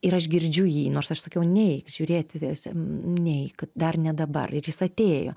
ir aš girdžiu jį nors aš sakiau neik žiūrėti neik kad dar ne dabar ir jis atėjo